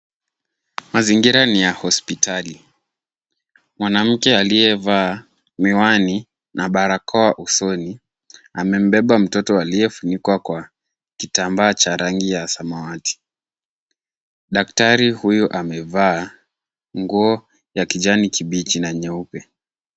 Mazingira ni ya hospitali. Mwanamke aliyevaa miwani na barakao usoni amembeba mtoto aliyefunikwa kwa kitambaa cha rangi ya samawati. Daktari huyu amevaa nguo ya kijani kibichi na nyeupe.